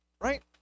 right